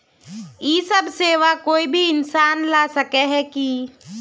इ सब सेवा कोई भी इंसान ला सके है की?